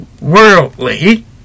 worldly